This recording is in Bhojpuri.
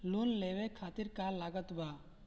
लोन लेवे खातिर का का लागत ब?